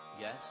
Yes